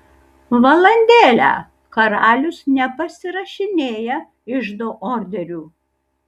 valandėlę karalius nepasirašinėja iždo orderių